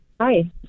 Hi